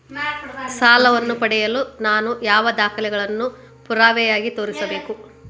ಸಾಲವನ್ನು ಪಡೆಯಲು ನಾನು ಯಾವ ದಾಖಲೆಗಳನ್ನು ಪುರಾವೆಯಾಗಿ ತೋರಿಸಬೇಕು?